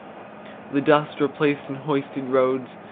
the dust replaced in hoisted roads,